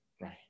right